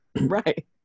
Right